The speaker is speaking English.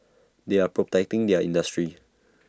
they are protecting their industry